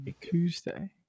Tuesday